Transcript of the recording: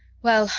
well,